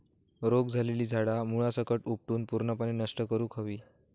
रोग झालेली झाडा मुळासकट उपटून पूर्णपणे नष्ट करुक हवी